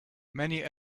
many